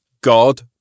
God